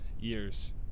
years